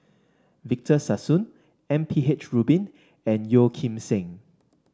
Victor Sassoon M P H Rubin and Yeo Kim Seng